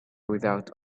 without